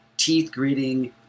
teeth-greeting